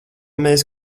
mēs